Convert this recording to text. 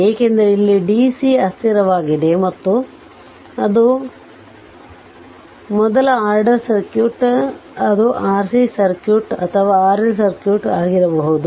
ಏಕೆಂದರೆ ಇಲ್ಲಿ dc ಅಸ್ಥಿರವಾಗಿದೆ ಮತ್ತು ಅದು ಮೊದಲ ಆರ್ಡರ್ ಸರ್ಕ್ಯೂಟ್ ಅದು RC ಸರ್ಕ್ಯೂಟ್ ಅಥವಾ RL ಸರ್ಕ್ಯೂಟ್ ಆಗಿರಬಹುದು